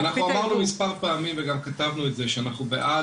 אז אני אשמח אם תשמעו את שני הדוברים שחשובים בעניין